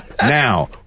Now